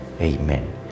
Amen